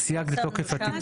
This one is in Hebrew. שמנו שם --- סייג לתוקף התיקון.